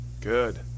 Good